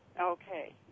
Okay